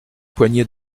poignée